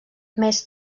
més